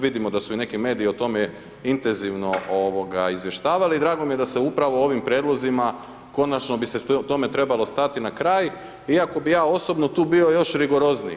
Vidimo da su i neki mediji o tome intenzivno izvještavali i drago mi je da se upravo ovim prijedlozima, konačno bi se tome trebalo stati na kraj, iako bi ja osobno tu bio još rigorozniji.